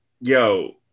yo